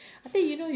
you just